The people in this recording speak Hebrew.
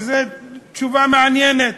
וזו תשובה מעניינת.